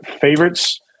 favorites